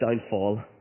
downfall